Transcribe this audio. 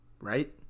right